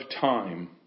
time